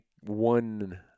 one